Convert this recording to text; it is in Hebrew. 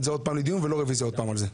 זה שוב לדיון ולא עוד פעם רוויזיה על זה.